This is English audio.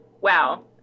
wow